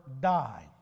die